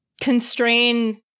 constrain